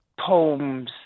poems